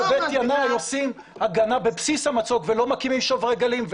בבית ינאי עושים הגנה בבסיס המצוק ולא מקימים שוברי גלים.